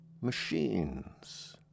machines